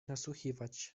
nasłuchiwać